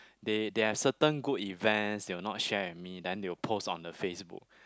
they they have certain good events they will not share with me then they'll post on the facebook